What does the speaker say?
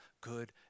good